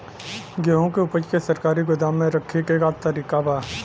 गेहूँ के ऊपज के सरकारी गोदाम मे रखे के का तरीका बा?